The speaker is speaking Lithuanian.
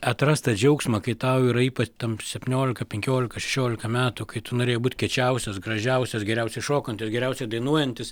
atrast tą džiaugsmą kai tau yra ypa tam septyniolika penkiolika šešiolika metų kai tu norėjai būt kiečiausias gražiausias geriausiai šokantis geriausiai dainuojantis